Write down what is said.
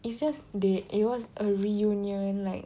it's just they it was a reunion like